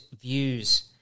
views